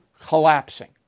collapsing